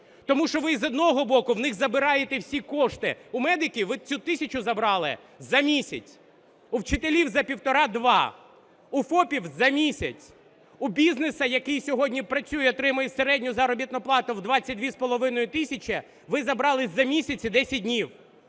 Тому що, з одного боку, в них забираєте всі кошти: у медиків ви цю тисячу забрали за місяць, у вчителів – за півтора, два, у ФОПів – за місяць, у бізнесу, який сьогодні працює і отримує середню заробітну плату у 22,5 тисячі, ви забрали за місяць і 10 днів,